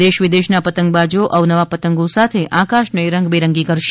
દેશ વિદેશના પતંગબાજો અવનવા પતંગો સાથે આકાશને રંગબેરંગી કરશે